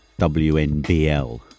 WNBL